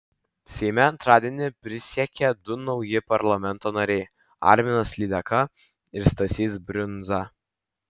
seime antradienį prisiekė du nauji parlamento nariai arminas lydeka ir stasys brundza